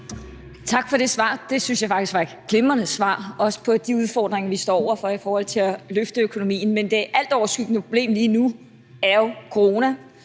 Tak for det svar. Det syntes jeg faktisk var et glimrende svar, også på de udfordringer, vi står over for i forhold til at løfte økonomien. Men det altoverskyggende problem lige nu er jo corona